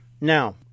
Now